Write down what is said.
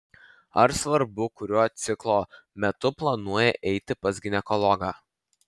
ar svarbu kuriuo ciklo metu planuoju eiti pas ginekologą